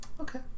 Okay